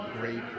great